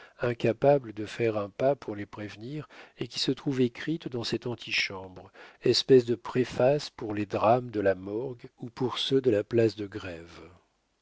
incapables de faire un pas pour les prévenir et qui se trouve écrite dans cette antichambre espèce de préface pour les drames de la morgue ou pour ceux de la place de grève